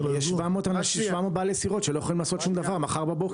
יש 700 בעלי סירות שלא יכולים לעשות שום דבר מחר בבוקר.